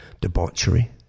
debauchery